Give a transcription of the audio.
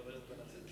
חבר הכנסת בן-ארי.